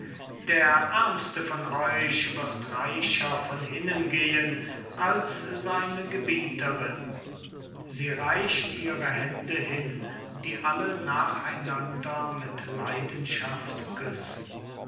herzog der ärmste von euch wird reicher von hinnen gehen als seine gebieterin sie reicht ihre hände hin die alle nach einander mit leidenschaft küssen